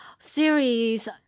series